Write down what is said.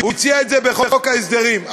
הוא הציע את זה בחוק ההסדרים.